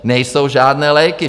Nejsou žádné léky.